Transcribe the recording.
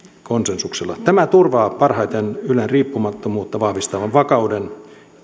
konsensuksella tämä turvaa parhaiten ylen riippumattomuutta vahvistavan vakauden